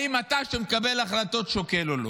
האם אתה, שמקבל החלטות, שוקל או לא?